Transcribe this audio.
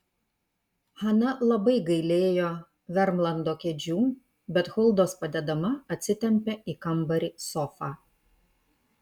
hana labai gailėjo vermlando kėdžių bet huldos padedama atsitempė į kambarį sofą